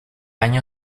año